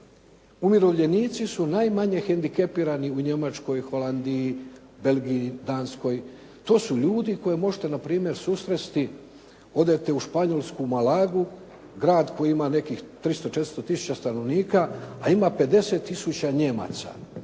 Umirovljenici su najmanje hendikepirani u Njemačkoj, Holandiji, Belgiji, Danskoj. To su ljudi koje možete na primjer susresti, odete u španjolsku Malagu grad koji ima nekih 300, 400 tisuća stanovnika a ima 50 tisuća Nijemaca